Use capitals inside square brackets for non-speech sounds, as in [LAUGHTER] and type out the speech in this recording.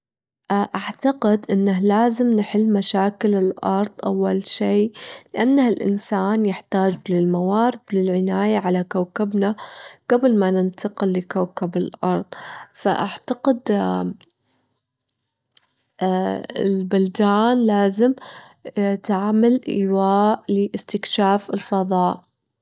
أعتقد إنه لازم نحل مشاكل الأرض أول شي، لأن الإنسان يحتاج للموارد للعناية على كوكبنا قبل ما ننتقل لكوكب الأرض، فأعتقد [HESITATION] البلدان لازم تعمل إيواء لإستكشاف الفضاء.